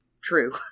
true